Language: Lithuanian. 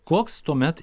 koks tuomet